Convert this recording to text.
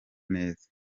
neza